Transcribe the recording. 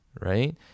right